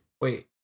wait